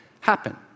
happen